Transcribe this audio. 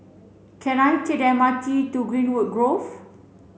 can I take the M R T to Greenwood Grove